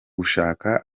gushaka